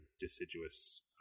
deciduous